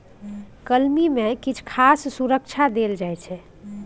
कलमी मे किछ खास सुरक्षा देल जाइ छै